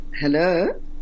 Hello